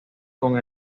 con